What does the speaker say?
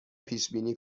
پیشبینی